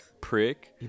prick